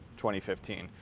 2015